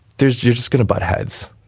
there's just going to buttheads.